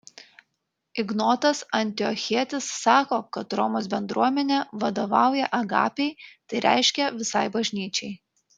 ignotas antiochietis sako kad romos bendruomenė vadovauja agapei tai reiškia visai bažnyčiai